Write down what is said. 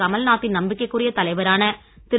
கமல்நாத்தின் நம்பிக்கைக்குரிய தலைவரான திரு